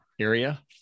area